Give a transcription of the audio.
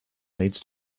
leads